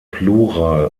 plural